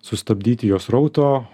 sustabdyti jos srauto